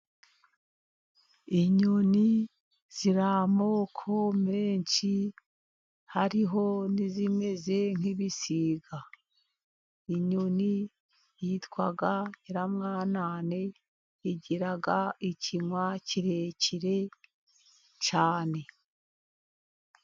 Inyoni ziri amoko menshi, hariho n'izimeze nk'ibisiga; inyoni yitwa nyiramwanane igira ikinywa kirekire cyane.